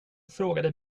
frågade